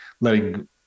letting